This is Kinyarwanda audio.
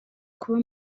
kuba